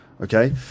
Okay